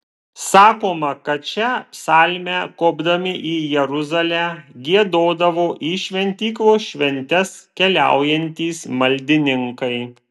sakoma kad šią psalmę kopdami į jeruzalę giedodavo į šventyklos šventes keliaujantys maldininkai